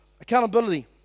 Accountability